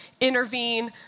intervene